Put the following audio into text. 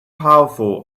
powerful